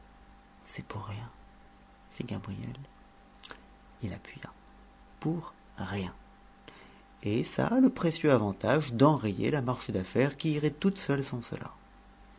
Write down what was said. c'est pour rien fit gabrielle il appuya pour rien et ça a le précieux avantage d'enrayer la marche d'affaires qui iraient toutes seules sans cela